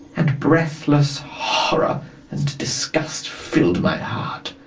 and breathless horror and disgust filled my heart.